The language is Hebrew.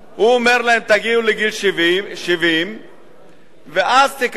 הוא אומר להם: תגיעו לגיל 70 ואז תקבלו את